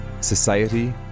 society